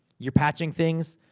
you're patching things,